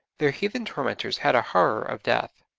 their heathen tormentors had a horror of death,